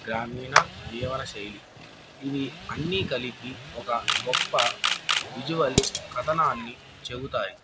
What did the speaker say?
గ్రామీణ జీవన శైలి ఇవి అన్నీ కలిపి ఒక గొప్ప విజువల్ కథనాన్ని చెప్తాయి